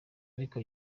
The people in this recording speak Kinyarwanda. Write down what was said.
ariko